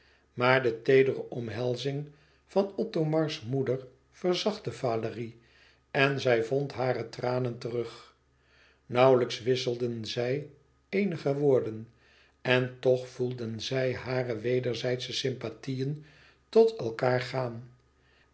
maar de teedere omhelzing van othomars moeder verzachtte valérie en zij vond hare tranen terug nauwlijks wisselden zij eenige woorden en toch voelden zij hare wederzijdsche sympathiën tot elkaâr gaan